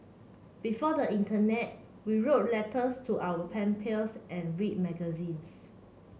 before the internet we wrote letters to our pen pals and read magazines